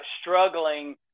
struggling